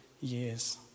years